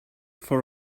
for